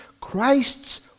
Christ's